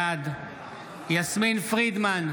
בעד יסמין פרידמן,